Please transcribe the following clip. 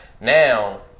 now